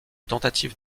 tentatives